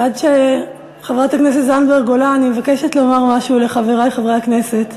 עד שחברת הכנסת זנדברג עולה אני מבקשת לומר משהו לחברי חברי הכנסת.